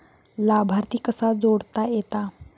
लाभार्थी कसा जोडता येता?